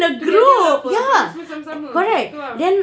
together apa kau orang semua sama-sama tu ah